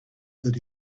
that